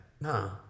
no